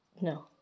No